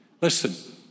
Listen